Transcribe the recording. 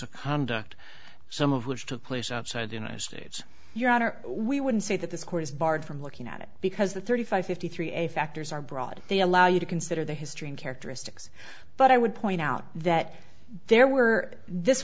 of conduct some of which took place outside the united states your honor we would say that this court is barred from looking at it because the thirty five fifty three a factors are broad they allow you to consider the history and characteristics but i would point out that there were this